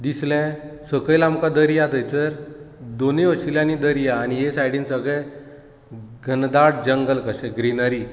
दिसलें सकयल आमकां दर्या थंयचर सकयल दोनूय वशिल्यांनी दर्या आनी हें सायडीक सगलें घनदाट जंगल कशें ग्रीनरी